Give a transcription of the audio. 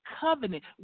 covenant